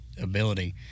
ability